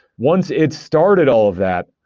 once it started all of that,